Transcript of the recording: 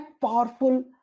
powerful